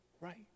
right